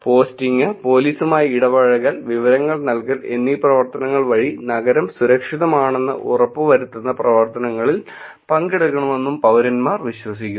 posting പോലീസുമായി ഇടപഴകൽ വിവരങ്ങൾ നൽകൽ എന്നീ പ്രവർത്തനങ്ങൾ വഴി നഗരം സുരക്ഷിതമാണെന്ന് ഉറപ്പുവരുത്തുന്ന പ്രവർത്തനങ്ങളിൽ പങ്കെടുക്കണമെന്നും പൌരന്മാർ വിശ്വസിക്കുന്നു